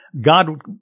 God